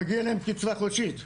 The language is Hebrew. מגיע להם קצבה חודשית,